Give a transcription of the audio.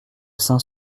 saint